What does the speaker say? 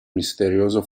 misterioso